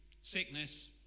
Sickness